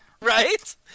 Right